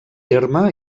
terme